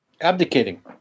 Abdicating